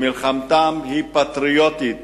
שמלחמתם היא פטריוטית,